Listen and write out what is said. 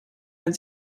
wenn